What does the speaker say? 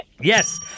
Yes